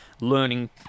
learning